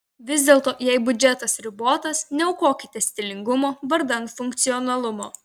vis dėlto jei biudžetas ribotas neaukokite stilingumo vardan funkcionalumo